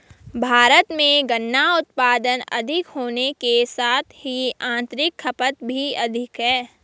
भारत में गन्ना उत्पादन अधिक होने के साथ ही आतंरिक खपत भी अधिक है